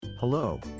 Hello